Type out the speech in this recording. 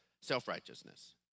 self-righteousness